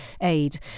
Aid